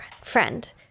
friend